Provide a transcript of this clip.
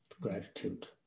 gratitude